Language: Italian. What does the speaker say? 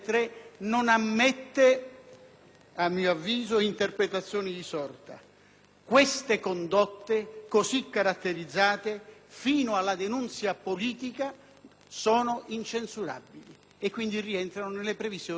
a mio avviso, interpretazioni di sorta. Queste condotte così caratterizzate, fino alla denunzia politica, sono incensurabili e rientrano nelle previsioni dell'articolo 68.